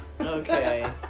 Okay